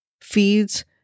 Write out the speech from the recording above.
feeds